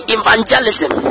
evangelism